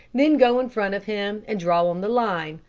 then go in front of him and draw on the line.